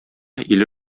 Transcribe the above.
иле